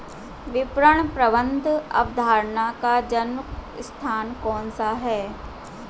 विपणन प्रबंध अवधारणा का जन्म स्थान कौन सा है?